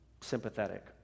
sympathetic